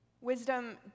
Wisdom